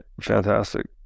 Fantastic